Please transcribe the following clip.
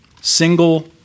single